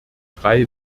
drei